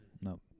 No